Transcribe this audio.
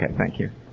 thank you.